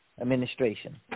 administration